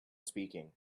speaking